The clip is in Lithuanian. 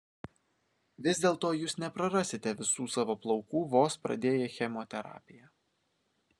vis dėlto jūs neprarasite visų savo plaukų vos pradėję chemoterapiją